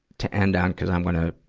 to end on, cuz i'm gonna, ah,